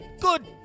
Good